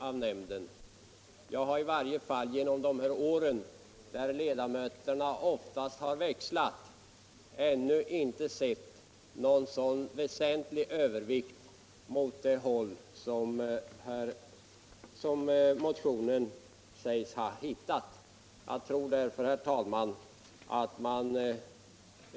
Under dessa år, då ledamöterna ofta växlat, har jag inte sett någon väsentlig övervikt åt det håll som man i motionen säger sig ha funnit.